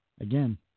Again